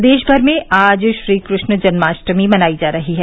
प्रदेश भर में आज श्रीकृष्ण जन्माष्टमी मनाई जा रही है